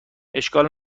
اشکال